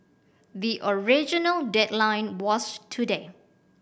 the original deadline was today